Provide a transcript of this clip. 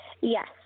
yes